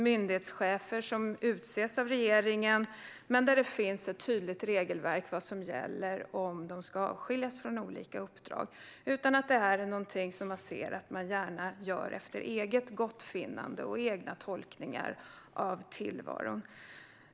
Myndighetschefer utses av regeringen, och det finns ett tydligt regelverk för det som gäller om de ska avskiljas från olika uppdrag. Man vill gärna göra det här efter eget gottfinnande och egna tolkningar av tillvaron.